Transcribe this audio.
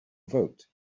vote